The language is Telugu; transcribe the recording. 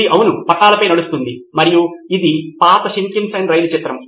ఇది అవును పట్టాలపై నడుస్తుంది మరియు ఇది పాత షింకన్సెన్ రైలు చిత్రం